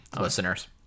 listeners